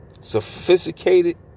Sophisticated